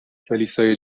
کلیسای